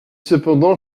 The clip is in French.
cependant